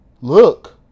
Look